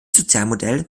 sozialmodell